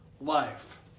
life